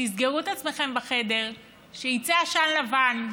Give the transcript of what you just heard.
תסגרו את עצמכם בחדר, שיצא עשן לבן.